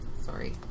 Sorry